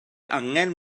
angen